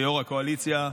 ליו"ר הקואליציה,